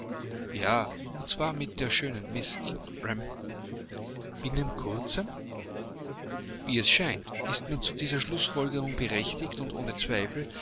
ja und zwar mit der schönen miß ingram binnen kurzem wie es scheint ist man zu dieser schlußfolgerung berechtigt und ohne zweifel